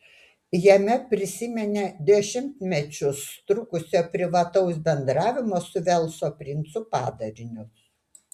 jame prisiminė dešimtmečius trukusio privataus bendravimo su velso princu padarinius